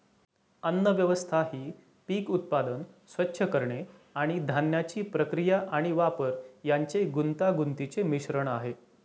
अन्नव्यवस्था ही पीक उत्पादन, स्वच्छ करणे आणि धान्याची प्रक्रिया आणि वापर यांचे गुंतागुंतीचे मिश्रण आहे